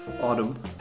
autumn